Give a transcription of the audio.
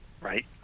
right